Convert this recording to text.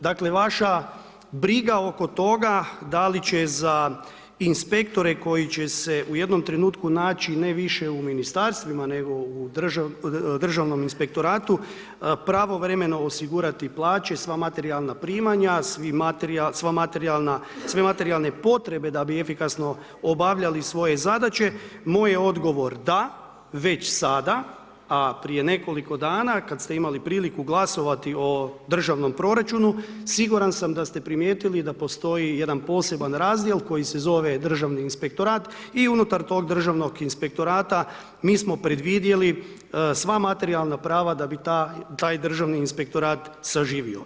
Dakle, vaša briga oko toga da li će za inspektore koji će se u jednom trenutku naći ne više u ministarstvima nego u državnom inspektoratu pravovremeno osigurati plaće i sva materijalna primanja, sve materijalne potrebe da bi efikasno obavljali svoje zadaće, moj je odgovor da, već sada, a prije nekoliko dana kad ste imali priliku glasovati o državnom proračunu siguran sam da ste primijetili da postoji jedan poseban razdjel koji se zove državni inspektorat i unutar toga državnog inspektora mi smo predvidjeli sva materijalna prava da bi taj državni inspektorat saživio.